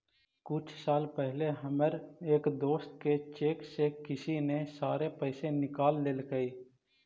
कुछ साल पहले हमर एक दोस्त के चेक से किसी ने सारे पैसे निकाल लेलकइ